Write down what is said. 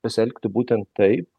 pasielgti būtent taip